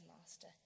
master